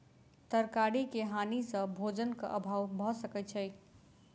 तरकारी के हानि सॅ भोजनक अभाव भअ सकै छै